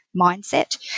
mindset